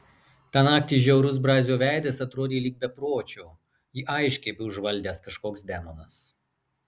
tą naktį žiaurus brazio veidas atrodė lyg bepročio jį aiškiai buvo užvaldęs kažkoks demonas